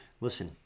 Listen